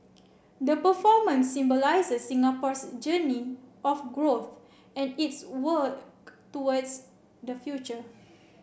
the performance symbolises Singapore's journey of growth and its work towards the future